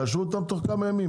תאשרו אותם תוך כמה ימים,